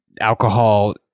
alcohol